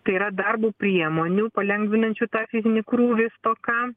tai yra darbo priemonių palengvinančių tą fizinį krūvį stoka